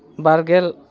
ᱵᱟᱨ ᱜᱮᱞ